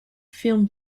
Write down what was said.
film